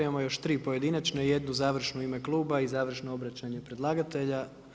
Imamo još 3 pojedinačne i jedu završnu u ime klube i završno obraćanje predlagatelja.